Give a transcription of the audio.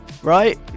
Right